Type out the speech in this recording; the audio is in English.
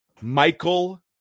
Michael